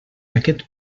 aquest